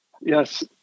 Yes